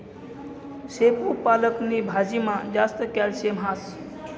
शेपू पालक नी भाजीमा जास्त कॅल्शियम हास